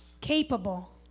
capable